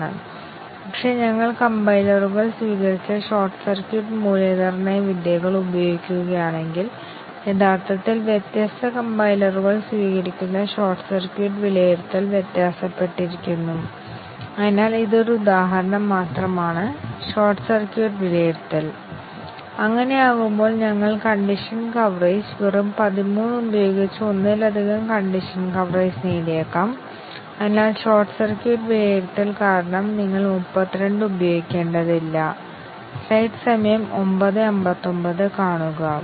ഈ ടെസ്റ്റിൻഗിൽ എല്ലാ ആറ്റോമിക് കണ്ടിഷനും ശരിയും തെറ്റായ മൂല്യങ്ങളും അനുമാനിക്കുന്നു മാത്രമല്ല സാധ്യമായ എല്ലാ കോമ്പിനേഷനുകളും ഈ ടെസ്റ്റ് കേസുകളാൽ സാധ്യമായ എല്ലാ കോമ്പിനേഷനുകളും അനുമാനിക്കുന്നു അതിനാൽ കണ്ടിഷനൽ എക്സ്പ്രെഷനിൽ രണ്ട് ആറ്റോമിക് കണ്ടീഷനുണ്ടെങ്കിൽ ഞങ്ങൾക്ക് നാല് ടെസ്റ്റിങ് ആവശ്യമാണ് ഇത് ശരിയും ശരിയും ശരിയും തെറ്റും തെറ്റായതും സത്യവും തെറ്റായതും തെറ്റായതുമായ കേസുകൾ